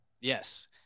Yes